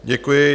Děkuji.